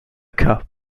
cas